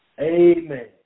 Amen